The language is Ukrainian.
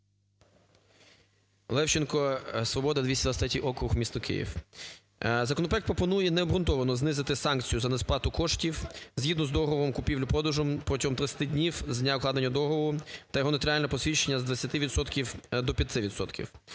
Левченко, "Свобода", 223 округ, місто Київ. Законопроект пропонує необґрунтовано знизити санкцію за несплату коштів згідно з договором купівлі-продажу протягом 30 днів, з дня укладення договору та його нотаріальне посвідчення з 20